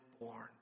born